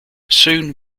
soon